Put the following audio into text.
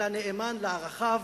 אלא נאמן לערכיו,